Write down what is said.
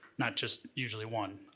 not just usually one.